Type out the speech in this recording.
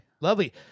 Lovely